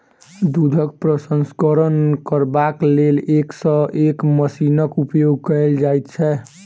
दूधक प्रसंस्करण करबाक लेल एक सॅ एक मशीनक उपयोग कयल जाइत छै